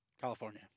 California